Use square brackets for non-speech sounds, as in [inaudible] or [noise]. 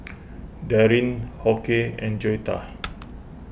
[noise] Daryn Hoke and Joetta